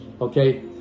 Okay